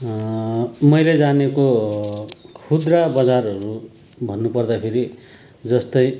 मैले जानेको खुद्रा बजारहरू भन्नुपर्दाखेरि जस्तै